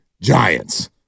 Giants